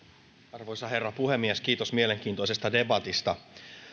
arvoisa herra puhemies kiitos mielenkiintoisesta debatista